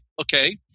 Okay